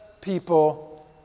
people